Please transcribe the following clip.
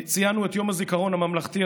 ציינו את יום הזיכרון הממלכתי,